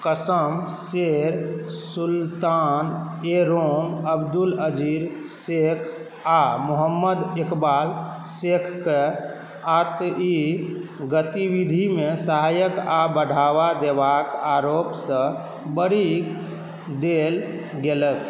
कसम से सुल्तान एरोम अब्दुल अजीर शेख आ मुहम्मद इकबाल शेखकऽ आर्थिक गतिविधिमे सहायक आ बढ़ावा देबाक आरोपसँ बरीकऽ देल गेलैक